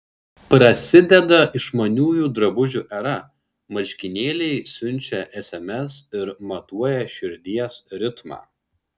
prasideda išmaniųjų drabužių era marškinėliai siunčia sms ir matuoja širdies ritmą